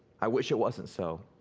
i wish it wasn't so.